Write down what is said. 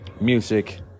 music